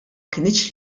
kinitx